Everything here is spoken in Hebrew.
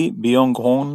לי ביונג-הון,